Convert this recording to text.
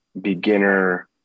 beginner